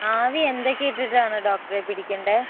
ആവിയെന്തൊക്കെ ഇട്ടിട്ടാണ് ഡോക്ടറേ പിടിക്കേണ്ടത്